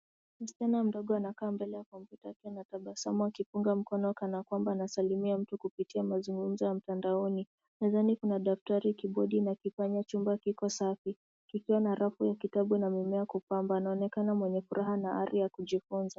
Msichana mdogo anekaa mbele ya kompyuta akiwa na tabasamu, akipunga mkono kana kwamba anasalimia mtu kupitia mazungumzo ya mtandaoni. Mezani kuna daftari, kibodi, na kifanya chumba kiko safi, kikiwa na rafu ya kitabu na mimea kupamba. Anaonekana mwenye furaha na hali ya kujifunza.